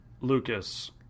Lucas